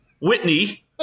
Whitney